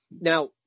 Now